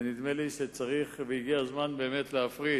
ונדמה לי שצריך, והגיע הזמן באמת להפריד